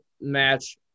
match